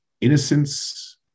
innocence